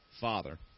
Father